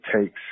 takes